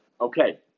Okay